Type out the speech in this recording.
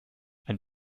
ein